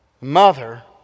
Mother